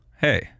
hey